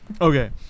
Okay